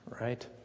right